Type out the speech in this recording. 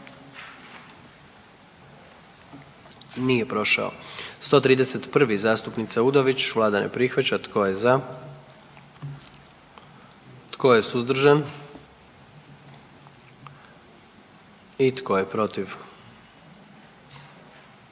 44. Kluba zastupnika SDP-a, vlada ne prihvaća. Tko je za? Tko je suzdržan? Tko je protiv?